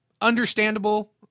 understandable